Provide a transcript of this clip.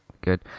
good